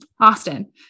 Austin